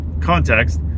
context